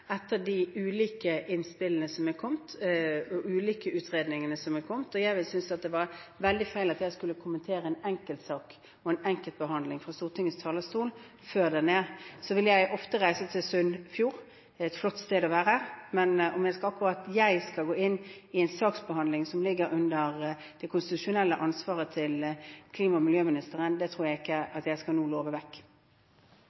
de ulike innspillene og utredningene som er kommet, og jeg ville synes det var veldig feil at jeg skulle kommentere en enkeltsak og en enkeltbehandling fra Stortingets talerstol. Jeg vil ofte reise til Sunnfjord, det er et flott sted å være, men om jeg skal gå inn i en saksbehandling som ligger under det konstitusjonelle ansvaret til klima- og miljøministeren, tror jeg ikke jeg